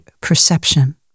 perception